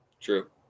True